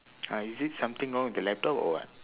uh is it something wrong with the laptop or what